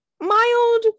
mild